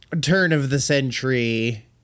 turn-of-the-century